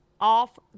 off